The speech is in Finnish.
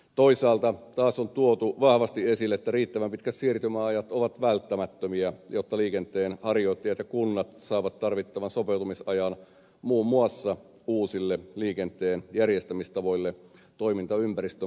toisaalta taas on tuotu vahvasti esille että riittävän pitkät siirtymäajat ovat välttämättömiä jotta liikenteen harjoittajat ja kunnat saavat tarvittavan sopeutumisajan muun muassa uusille liikenteen järjestämistavoille toimintaympäristön muuttuessa